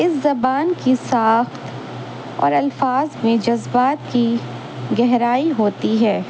اس زبان کی ساخت اور الفاظ میں جذبات کی گہرائی ہوتی ہے